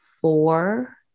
four